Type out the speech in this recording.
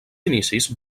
inicis